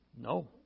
no